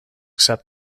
accept